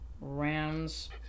Rams